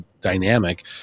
dynamic